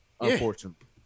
unfortunately